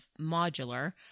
modular